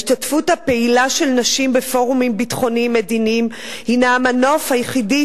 ההשתתפות הפעילה של נשים בפורומים ביטחוניים-מדיניים הינה המנוף היחידי